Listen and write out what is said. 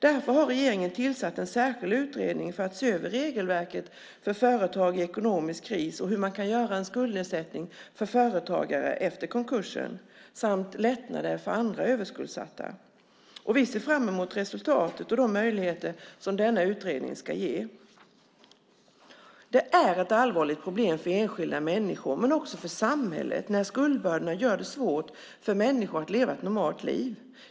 Därför har regeringen tillsatt en särskild utredning för att se över regelverket för företag i ekonomisk kris och hur man kan göra en skuldnedsättning för företagare efter konkurs samt åstadkomma lättnader för andra överskuldsatta. Vi ser fram mot resultatet och de möjligheter som denna utredning ska ge. Det är ett allvarligt problem för enskilda människor, men också för samhället, när skuldbördorna gör det svårt för människor att leva ett normalt liv.